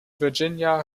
virginia